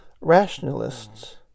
rationalists